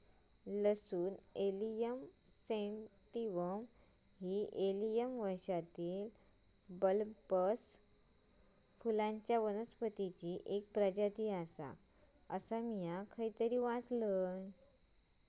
लसूण allium sativum ही allium वंशातील बल्बस फुलांच्या वनस्पतीची एक प्रजाती आसा, असा मी खयतरी वाचलंय